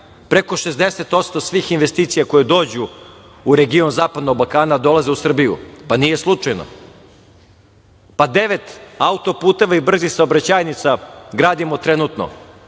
preko 60% svih investicija koje dođu u region Zapadnog Balkana dolaze u Srbiju i nije slučajno, pa devet auto puteva i brzih saobraćajnica gradimo trenutno